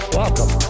welcome